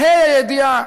בה"א הידיעה,